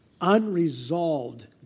unresolved